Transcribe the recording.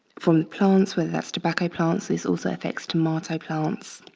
from the plants, whether that's tobacco plants this also affects tomato plants.